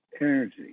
energy